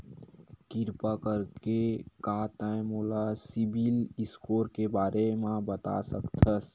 किरपा करके का तै मोला सीबिल स्कोर के बारे माँ बता सकथस?